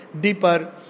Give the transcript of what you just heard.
deeper